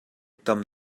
tam